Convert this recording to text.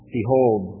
Behold